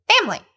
family